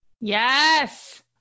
Yes